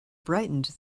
brightened